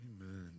Amen